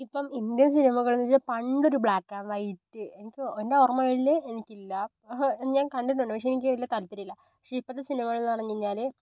ഇപ്പം ഇന്ത്യൻ സിനിമകളിൽ പണ്ടൊരു ബ്ലാക്ക് ആൻഡ് വൈറ്റ് എനിക്ക് എൻ്റെ ഓർമ്മകളിൽ എനിക്കില്ല ഞാൻ കണ്ടിട്ടുണ്ട് പക്ഷേ എനിക്ക് അതിൽ താത്പര്യമില്ല പക്ഷേ ഇപ്പോഴത്തെ സിനിമകളിൽ ആണെങ്കിൽ ഞാൻ